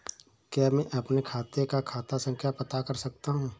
क्या मैं अपने खाते का खाता संख्या पता कर सकता हूँ?